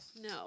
No